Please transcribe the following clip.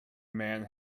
man